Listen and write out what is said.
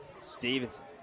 Stevenson